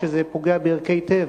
כשזה פוגע בערכי טבע,